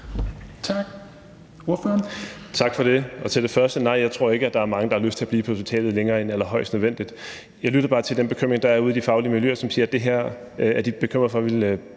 Tak.